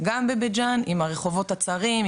גם בבית ג'אן עם הרחובות הצרים,